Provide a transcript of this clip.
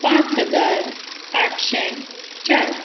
पांच हजार आठशें चार